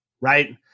right